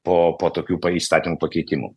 po po tokių pa įstatymų pakeitimų